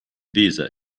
visa